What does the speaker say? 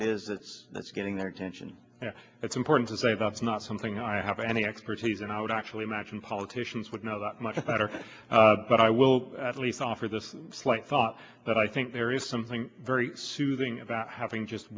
that's getting their attention and it's important to save lives not something i have any expertise and i would actually imagine politicians would know that much better but i will at least offer this slight thought but i think there is something very soothing about having just